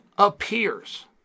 appears